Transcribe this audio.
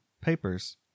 papers